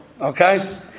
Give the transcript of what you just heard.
Okay